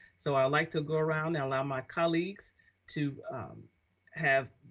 so i like to go around and allow my colleagues to have,